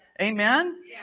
amen